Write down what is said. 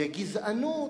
זה גזענות,